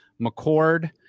McCord